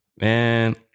Man